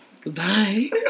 Goodbye